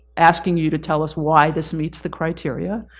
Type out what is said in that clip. asking you to tell us why this meets the criteria,